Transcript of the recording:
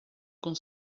com